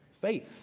faith